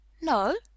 No